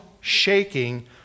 shaking